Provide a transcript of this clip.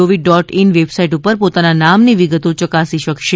ઓવી dot in website ઉપર પોતાના નામની વિગતો ચકાસી શકશે